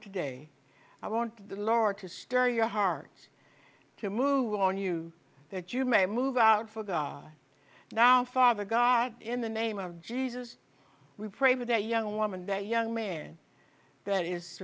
today i want the lord to stir your heart to move on you that you may move out for now father god in the name of jesus we pray for that young woman that young man that is